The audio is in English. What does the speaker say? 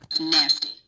nasty